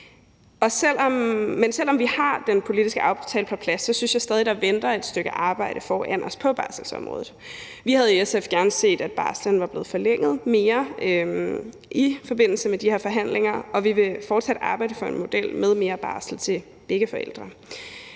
Men selv om vi har den politiske aftale på plads, synes jeg stadig, der venter et stykke arbejde foran os på barselsområdet. Vi havde i SF gerne set, at barslen var blevet forlænget mere i forbindelse med de her forhandlinger, og vi vil fortsat arbejde for en model med mere barsel til begge forældre.